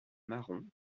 marron